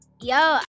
yo